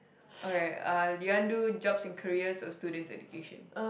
okay uh you want do jobs and careers or students' education